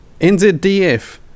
nzdf